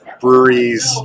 breweries